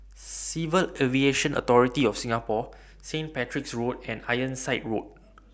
Civil Aviation Authority of Singapore Saint Patrick's Road and Ironside Road